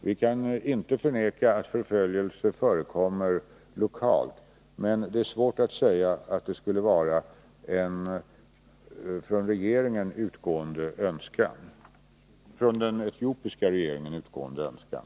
Vi kan inte förneka att förföljelse förekommer lokalt, men det är svårt att säga att det skulle vara en från den etiopiska regeringen utgående önskan.